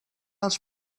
els